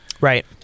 Right